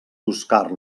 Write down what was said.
buscar